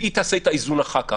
והיא תעשה את האיזון אחר כך.